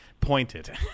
Pointed